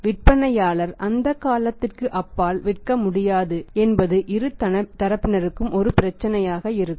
விற்பனையாளர் அந்தக் காலத்திற்கு அப்பால் விற்க முடியாது என்பது இரு தரப்பினருக்கும் ஒரு பிரச்சனையாக இருக்கும்